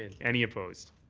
any opposed?